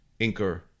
inker